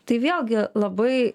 tai vėlgi labai